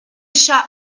shop